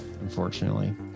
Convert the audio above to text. unfortunately